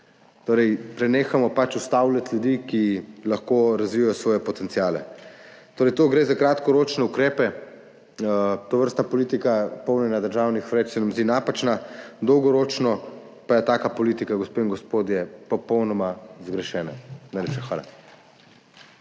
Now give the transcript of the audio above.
več. Prenehajmo ustavljati ljudi, ki lahko razvijejo svoje potenciale. Gre torej za kratkoročne ukrepe, tovrstna politika polnjenja državnih vreč se nam zdi napačna, dolgoročno pa je taka politika, gospe in gospodje, popolnoma zgrešena. Najlepša